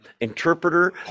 interpreter